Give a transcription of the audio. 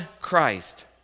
Christ